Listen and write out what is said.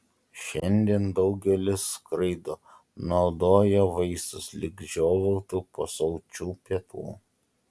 šiandien daugelis skraido naudoja vaistus lyg žiovautų po sočių pietų